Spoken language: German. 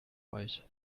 euch